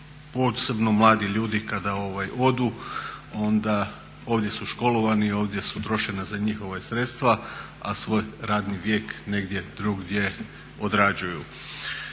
posebno mladi ljudi kada odu onda ovdje su školovani, ovdje je trošena za njih sredstva, a svoj radni vijek negdje drugdje odrađuju.